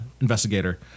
investigator